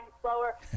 slower